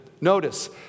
notice